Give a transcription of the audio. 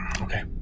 Okay